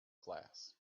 glass